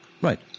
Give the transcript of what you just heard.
Right